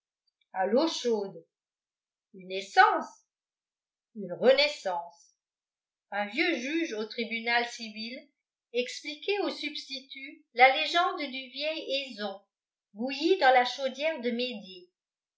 à l'eau chaude une naissance une renaissance un vieux juge au tribunal civil expliquait au substitut la légende du vieil eson bouilli dans la chaudière de